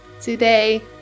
today